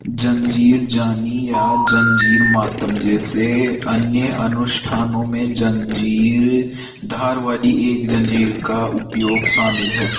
जंजीर जानी या जंजीर मातम जैसे अन्य अनुष्ठानों में जंजीर धार वाली एक जंजीर का उपयोग शामिल है